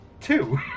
Two